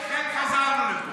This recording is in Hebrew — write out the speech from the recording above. לכן חזרנו.